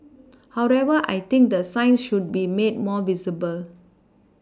however I think the signs should be made more visible